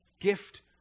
Gift